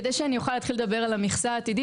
כדי שאני אוכל לדבר על המכסה העתידית.